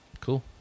Cool